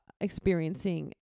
experiencing